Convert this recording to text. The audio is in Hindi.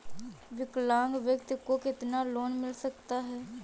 विकलांग व्यक्ति को कितना लोंन मिल सकता है?